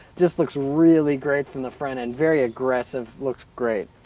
just looks really great from the front end, very aggressive, looks great.